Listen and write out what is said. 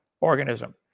organism